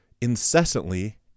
incessantly